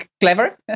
clever